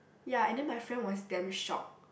ya and then my friend was damn shocked